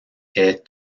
est